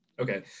Okay